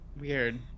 Weird